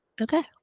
Okay